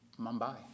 Mumbai